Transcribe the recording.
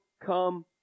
come